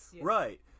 Right